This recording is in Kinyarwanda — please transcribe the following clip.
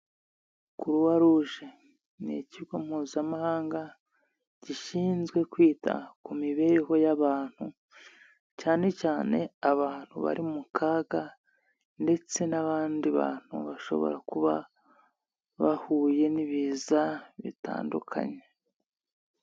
Croix Rouge ni ikigo mpuzamahanga gishinzwe kwita ku mibereho y'abantu, cyane cyane abantu bari mu kaga ndetse n'abandi bantu bashobora kuba bahuye n'ibiza bitandukanye.